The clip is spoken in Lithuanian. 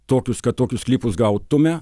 tokius kad tokius sklypus gautume